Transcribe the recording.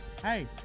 Hey